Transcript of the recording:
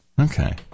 Okay